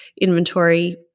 inventory